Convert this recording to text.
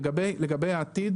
לגבי העתיד